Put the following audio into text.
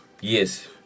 yes